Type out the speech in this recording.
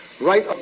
Right